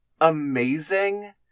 amazing